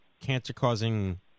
cancer-causing